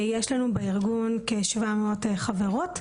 יש לנו בארגון כ-700 חברות,